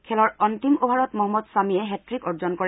খেলৰ অন্তিম অভাৰত মহম্মদ ছামিয়ে হেট্ৰিক অৰ্জন কৰে